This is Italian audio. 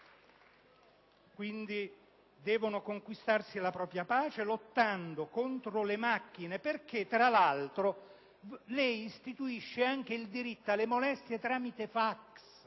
dunque, conquistarsi la propria pace lottando contro le macchine perché, tra l'altro, lei istituisce anche il diritto alle molestie tramite *fax*.